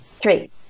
Three